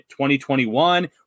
2021